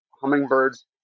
hummingbirds